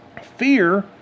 Fear